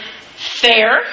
fair